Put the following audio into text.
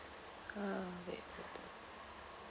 uh wait